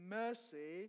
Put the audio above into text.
mercy